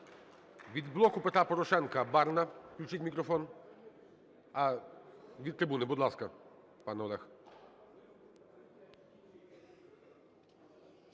Від "Блоку Петра Порошенка" Барна, включіть мікрофон. А, від трибуни. Будь ласка, пане Олег.